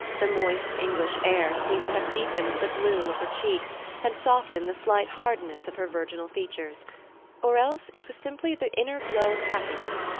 the moist english air seemed to have deepened the bloom of her cheeks and softened the slight hardness of her virginal features or else it was simply the inner glow of happiness,